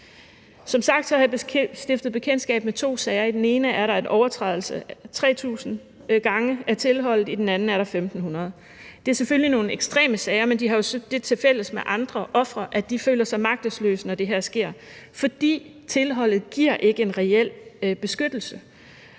Som sagt har jeg stiftet bekendtskab med to sager. I den ene er der en overtrædelse af tilholdet 3.000 gange, i den anden er det 1.500. Det er selvfølgelig nogle ekstreme sager, men de har det tilfælles med sager om andre ofre, at ofrene føler sig magtesløse, når det her sker, fordi tilholdet ikke giver en reel beskyttelse.